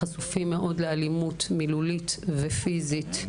חשופים מאוד לאלימות מילולית ופיזית,